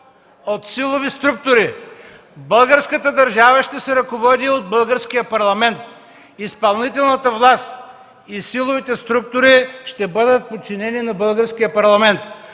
от силови структури. Българската държава ще се ръководи от Българския парламент. Изпълнителната власт и силовите структури ще бъдат подчинени на Българския парламент.